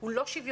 הוא לא שוויוני,